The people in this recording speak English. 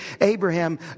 Abraham